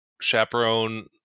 Chaperone